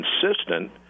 consistent